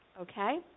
Okay